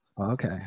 Okay